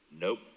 Nope